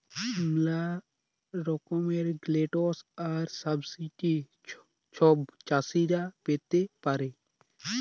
ম্যালা রকমের গ্র্যালটস আর সাবসিডি ছব চাষীরা পাতে পারে